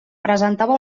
presentava